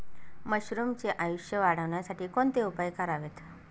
मशरुमचे आयुष्य वाढवण्यासाठी कोणते उपाय करावेत?